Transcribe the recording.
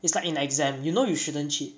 is like in exam you know you shouldn't cheat